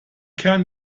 kern